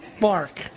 Mark